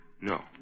No